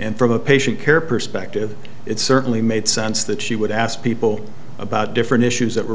and from a patient care perspective it certainly made sense that she would ask people about different issues that were